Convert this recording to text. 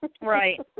right